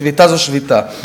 שביתה זה שביתה.